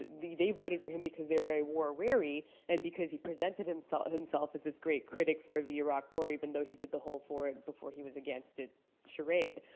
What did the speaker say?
they voted for him because they are very war weary and because he presented himself himself as this great critic for the iraq war even though he did the whole, for it before he was against it charade.